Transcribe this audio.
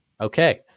Okay